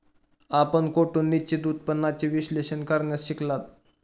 आपण कोठून निश्चित उत्पन्नाचे विश्लेषण करण्यास शिकलात?